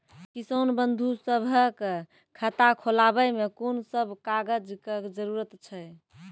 किसान बंधु सभहक खाता खोलाबै मे कून सभ कागजक जरूरत छै?